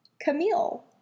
Camille